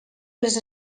les